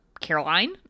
caroline